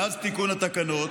מאז תיקון התקנות